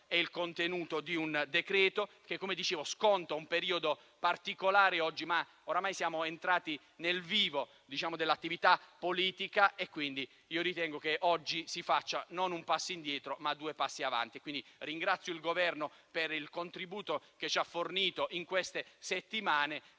il contenuto di un decreto che - come detto - sconta un periodo particolare. Siamo, però, ormai entrati nel vivo dell'attività politica e quindi io ritengo che oggi si faccia non un passo indietro, ma rifacciano due passi avanti. Pertanto, ringrazio il Governo per il contributo che ci ha fornito in queste settimane